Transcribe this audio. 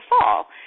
fall